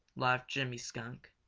laughed jimmy skunk.